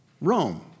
Rome